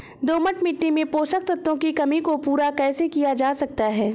दोमट मिट्टी में पोषक तत्वों की कमी को पूरा कैसे किया जा सकता है?